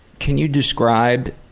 can you describe